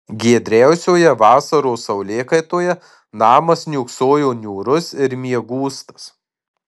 giedriausioje vasaros saulėkaitoje namas niūksojo niūrus ir miegūstas